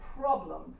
problem